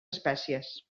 espècies